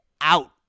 out